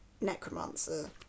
necromancer